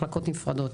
מחלקות נפרדות.